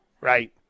right